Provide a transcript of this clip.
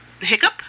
hiccup